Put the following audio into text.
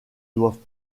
doivent